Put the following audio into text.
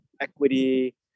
equity